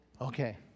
Okay